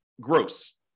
gross